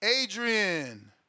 Adrian